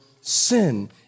sin